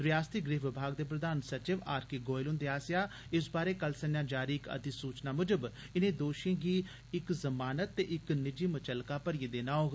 रयासती गृह विमाग दे प्रधान सचिव आर के गोयल हुंदे आसेआ इस बारै कल संजा जारी इक अधिसूचना मुजब इनें दोषियें गी जमानत ते इक निजी मचल्लका भरिए देना होग